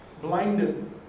blinded